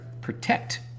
Protect